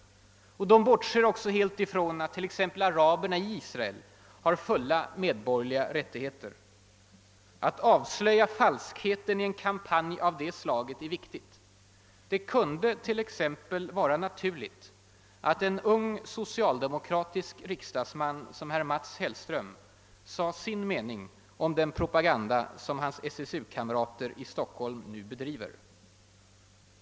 Och de bortser också helt ifrån att araberna i Israel t.ex. har fulla medborgerliga rättigheter. Att avslöja falskheten i en kampanj av det slaget är viktigt. Det kunde t.ex. vara naturligt att en ung socialdemokratisk riksdagsman som Mats Hellström säger sin mening om den propaganda som hans SSU-kamrater i Stockholm nu bedriver.